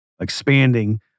expanding